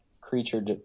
creature